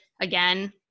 again